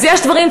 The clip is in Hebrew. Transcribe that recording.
אז יש דברים,